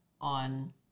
on